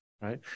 right